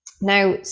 now